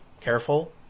careful